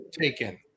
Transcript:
taken